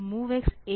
तो MOVX A DPTR